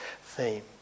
theme